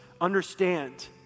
understand